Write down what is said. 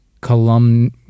column